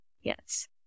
Yes